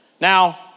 Now